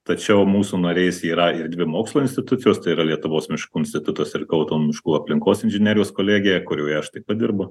tačiau mūsų nariais yra ir dvi mokslo institucijos tai yra lietuvos miškų institutas ir kauno miškų aplinkos inžinerijos kolegija kurioje aš taip pat padirbu